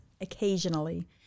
occasionally